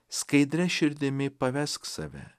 skaidria širdimi pavesk save